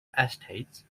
estates